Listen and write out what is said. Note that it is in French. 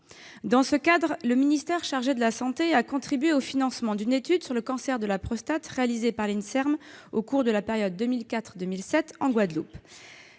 Dans ce cadre, le ministère chargé de la santé a contribué au financement d'une étude sur le cancer de la prostate réalisée par l'INSERM au cours de la période 2004-2007 en Guadeloupe.